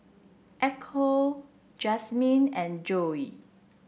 Echo Jazmine and Joe